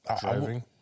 driving